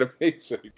amazing